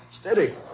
Steady